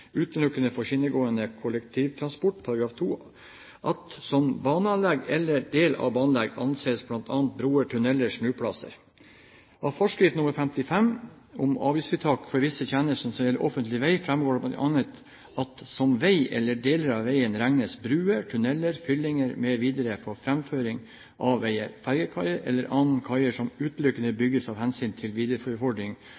eller del av baneanlegg anses bl.a. broer, tunneler og snuplasser. Av forskrift nr. 55 om avgiftsfritak for visse tjenester som gjelder offentlig veg, fremgår det bl.a.: «Som veg eller del av veg regnes bruer, tunneler, fyllinger m.v. for fremføring av vegen, ferjekaier eller andre kaier som utelukkende